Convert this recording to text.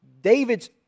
David's